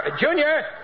Junior